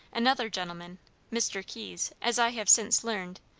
another gentleman, mr. keyes, as i have since learned,